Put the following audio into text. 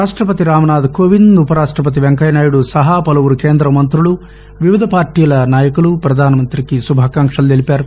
రాష్టపతి రామ్నాథ్కోవింద్ ఉపరాష్టపతి వెంకయ్యనాయుడు సహా పలువురు కేంద్ర మంగ్రులు వివిధ పార్టీల నాయకులు ప్రధానమంత్రికి శుభాకాంక్షలు తెలిపారు